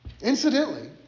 Incidentally